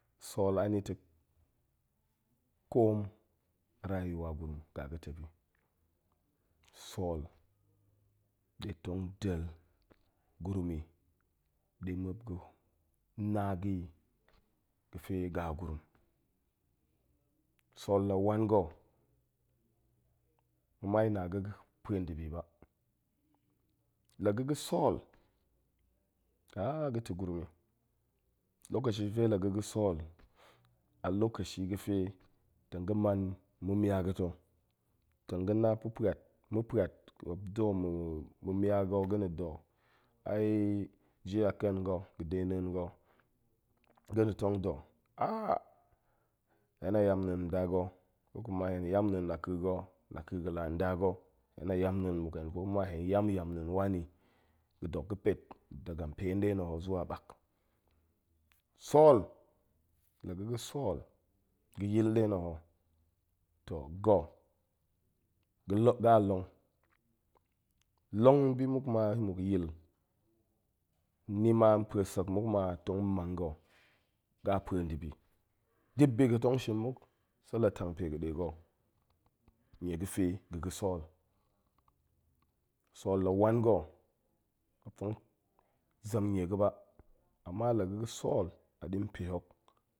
Sool anita̱ koom rayuwa gurum ƙaga̱tep i, sool nɗe tong del gurum i ɗe muop ga̱ na ga̱ ga̱fe gaꞌ a gurum. sool la wan ga̱, ma̱mai na ga̱ pue ndibi ba, la ga̱ ga̱ sool, ga̱ ta̱ gurum i. lokashi ga̱fe la ga̱ ga̱ sool, a lokashi ga̱fe tong ga̱ man ma̱ mia ga̱ ta̱. tong ga̱ na pa̱ pa̱at, mu pa̱at, muop da̱, ma̱ mia ga̱ ga̱na da ji a ken ga̱ ga̱de neen ga̱, ga̱ na̱ tong da̱ hen a yamneen nda ga̱, kokuma hen yamneen naƙa̱ ga̱, naƙa̱ ga̱ la nda ga̱, hen a yamneen muk kokuma hen yam yamneen wane ga̱ dok ga̱ pet dagan pe nɗe na̱ ho zuwa mak. sool, la ga̱ ga̱ sool, ga̱yil nɗe na̱ ho, to ga̱, ga̱long, ga̱ a long. long bimuk ma muk yil, nima pue sek muk ma tong mang ga̱ ƙa pue ndibi. dip bi ga̱ tong shin muk, se la tang pe ga̱ ɗe ga̱ nie ga̱fe ga̱ ga̱ sool. sool la wan ga̱, muop tong zem nie ga̱ ba, ama la ga̱ ga̱ sool, a ɗi npe hok